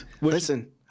Listen